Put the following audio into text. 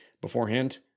Beforehand